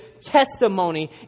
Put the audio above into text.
testimony